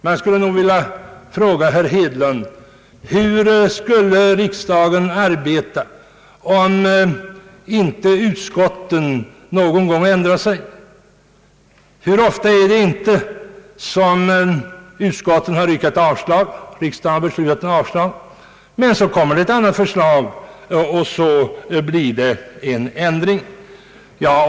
Jag skulle vilja fråga herr Hedlund: Hur skulle riksdagen arbeta om inte utskotten någon gång ändrade sig? Hur ofta är det inte som utskottet har yrkat avslag, riksdagen beslutat om avslag, men det sedan framlagts ett annat förslag och en ändring kommit till stånd.